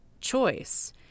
choice